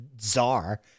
czar